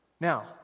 Now